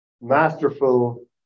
masterful